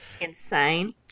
Insane